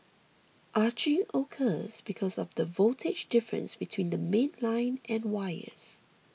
arcing occurs because of the voltage difference between the mainline and wires